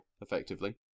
effectively